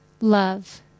love